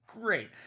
great